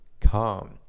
calm